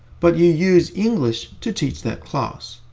but you use english to teach that class.